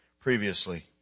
previously